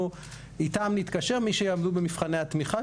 איתם אנחנו נתקשר מי שיעמוד במבחני התמיכה,